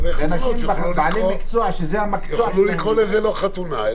יוכלו לקרוא לזה משהו אחר ולא חתונה.